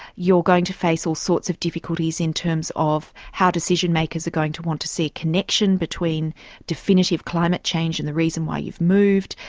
you're going to face all sorts of difficulties in terms of how decision makers are going to want to see a connection between definitive climate change and the reason why you've moved,